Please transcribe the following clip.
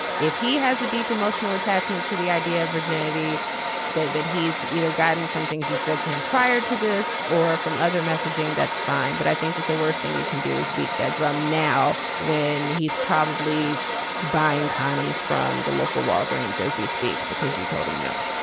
if he has a deep emotional attachment to the idea of virginity that that he's either gotten from things you said to him prior to this or from other messaging that's fine but i think that the worst thing you can do is beat that drum now when he's probably buying condoms from the local walgreens as we speak because you told them no